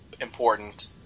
important